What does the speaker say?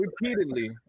repeatedly